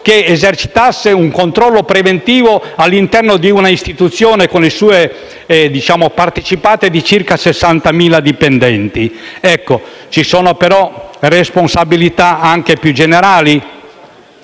che esercitasse un controllo preventivo all'interno di un'istituzione che, con le sue partecipate, conta circa 60.000 dipendenti. Ci sono però responsabilità anche più generali